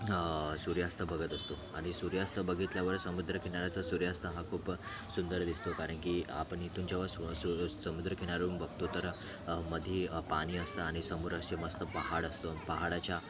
सूर्यास्त बघत असतो आणि सूर्यास्त बघितल्यावर समुद्रकिनाऱ्याच्या सूर्यास्त हा खूपच सुंदर दिसतो कारण की आपण इथून जेव्हा स्व स्त समुद्रकिनाऱ्यावरून बघतो तर मध्ये पाणी असतं आणि समोर असे मस्त पहाड असतो पहाडाच्या